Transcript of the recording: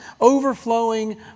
overflowing